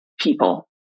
people